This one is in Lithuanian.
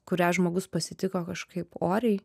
kurią žmogus pasitiko kažkaip oriai